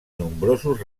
nombrosos